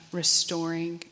restoring